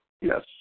Yes